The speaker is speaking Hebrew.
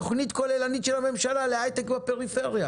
שכולל תוכנית כללית של הממשלה להייטק בפריפריה.